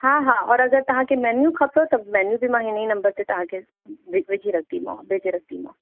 हा हा औरि अगरि तव्हांखे मेन्यू खपेव त मेन्यू बि मां हिन ई नम्बर ते तव्हांखे विझी रखदीमांव भेजे रखदीमांव